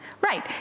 Right